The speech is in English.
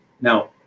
Now